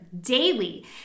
daily